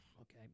Okay